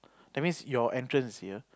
that means your entrance is here